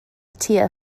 tear